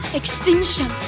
extinction